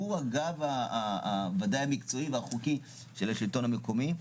ודאי המקצועי והחוקי של השלטון המקומי.